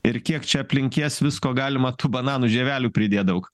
ir kiek čia aplink jas visko galima tų bananų žievelių pridėt daug